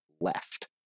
left